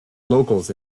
locals